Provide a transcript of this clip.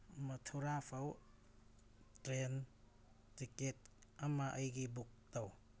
ꯃꯊꯨꯔꯥ ꯐꯥꯎ train ticket ꯑꯃ ꯑꯩꯒꯤ ꯕꯨꯛ ꯇꯧ